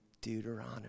Deuteronomy